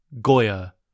Goya